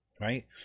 Right